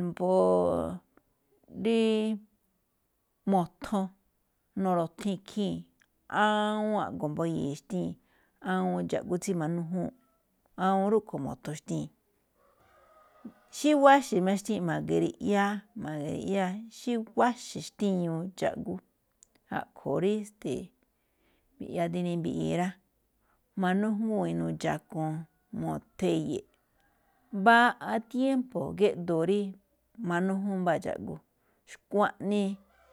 mbo̱o̱ rí muthon, nu̱ru̱thii̱n ikhii̱n, awoon a̱ꞌgo mbuye̱e̱ xtíin, awoon dxáꞌgú tsí majúwúúnꞌ awoon rúꞌkhue̱n mothon xtíin. xí wáxe̱ máꞌ xtíin ma̱ꞌga riꞌyáá xí wáxe̱ xtíñuu dxáꞌgú a̱ꞌkhue̱n rí este̱e̱ꞌ mbi̱ꞌyáá dí ni mbiꞌi rá. Ma̱nújngúu̱n inuu dxakuun, mothon e̱ye̱e̱ꞌ, mbaꞌa tiémpo̱ géꞌdoo rí manújún mbáa dxáꞌgú, xkuaꞌnii.